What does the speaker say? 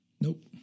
nope